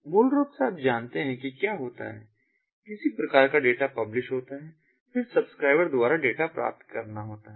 तो मूल रूप से आप जानते हैं कि क्या होता है किसी प्रकार का डेटा पब्लिश होता है और फिर सब्सक्राइबर्स द्वारा डेटा प्राप्त करना होता है